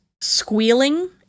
squealing